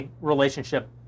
relationship